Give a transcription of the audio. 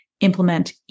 implement